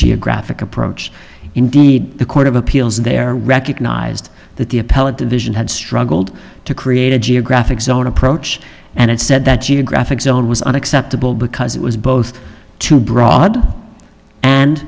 geographic approach indeed the court of appeals there recognized that the appellate division had struggled to create a geographic zone approach and it said that geographic zone was unacceptable because it was both too broad and